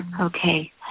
Okay